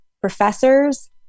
professors